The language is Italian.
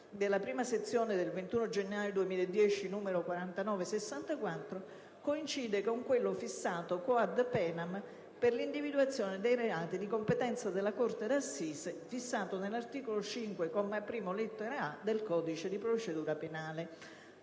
della I sezione del 21 gennaio 2010, n. 4964 - coincide con quello fissato - *quoad poenam* - per l'individuazione dei reati di competenza della corte d'assise, fissato nell'articolo 5, comma 1, lettera *a)*, del codice di procedura penale,